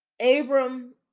Abram